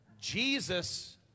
Jesus